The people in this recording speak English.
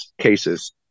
cases